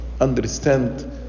understand